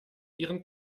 ihren